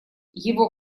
его